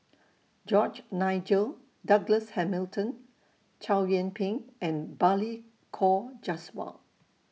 George Nigel Douglas Hamilton Chow Yian Ping and Balli Kaur Jaswal